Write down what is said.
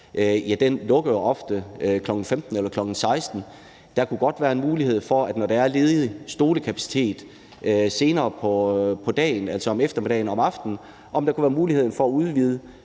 eller kl. 16.00, og der kunne godt være en mulighed for, når der er ledig stolekapacitet senere på dagen, altså om eftermiddagen og om aftenen, at udvide kapaciteten, så vi